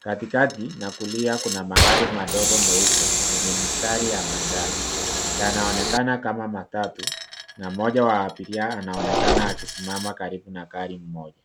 Katikati na kulia, kuna magari madogo meupe yenye mistari ya manjano. Yanaonekana kama matatu na mmoja wa abiria anaonekana akisimama karibu na gari moja.